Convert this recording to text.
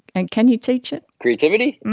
and can you teach it? creativity?